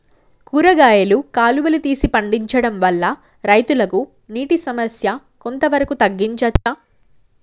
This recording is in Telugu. కూరగాయలు కాలువలు తీసి పండించడం వల్ల రైతులకు నీటి సమస్య కొంత వరకు తగ్గించచ్చా?